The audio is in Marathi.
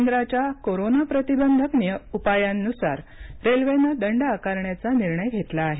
केंद्राच्या कोरोना प्रतिबंधक उपायांनुसार रेल्वेन दंड आकारण्याचा निर्णय घेतला आहे